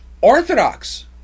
Orthodox